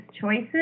choices